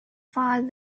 find